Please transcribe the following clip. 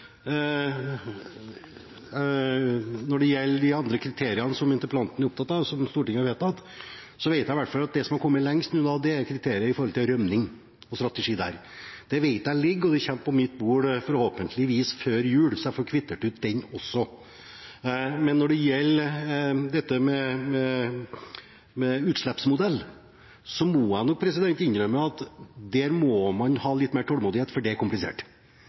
Når det gjelder de andre kriteriene som interpellanten er opptatt av, og som Stortinget har vedtatt, vet jeg i hvert fall at det som har kommet lengst, er kriteriene for rømming, med en strategi. Det vet jeg foreligger. Det kommer på mitt bord forhåpentligvis før jul, så jeg får kvittert ut også den. Men når det gjelder utslippsmodell, må jeg nok innrømme at der må man ha litt mer tålmodighet, for det er komplisert.